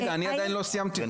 רגע, אני עדיין לא סיימתי.